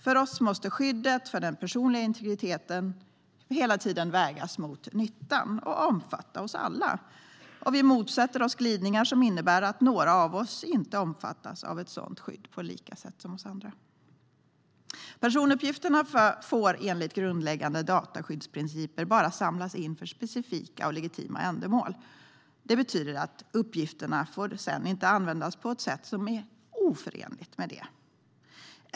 För oss måste skyddet för den personliga integriteten hela tiden vägas mot nyttan och omfatta oss alla. Vi motsätter oss glidningar som innebär att några av oss inte omfattas av ett sådant skydd på lika sätt som andra. Personuppgifterna får enligt grundläggande dataskyddsprinciper bara samlas in för specifika och legitima ändamål. Det betyder att uppgifterna sedan inte får användas på ett sätt som är oförenligt med det.